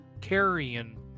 carrying